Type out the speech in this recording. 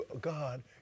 God